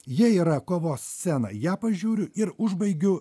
jei yra kovos sceną ją pažiūriu ir užbaigiu